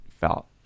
felt